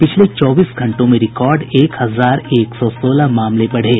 पिछले चौबीस घंटों में रिकॉर्ड एक हजार एक सौ सोलह मामले बढ़े